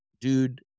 dude